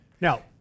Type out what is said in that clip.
Now